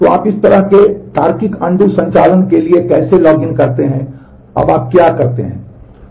तो आप इस तरह के तार्किक अनडू संचालन के लिए कैसे लॉग इन करते हैं अब आप क्या करते हैं